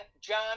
John